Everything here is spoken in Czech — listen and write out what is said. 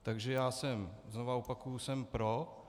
Takže já jsem, znova opakuji, jsem pro.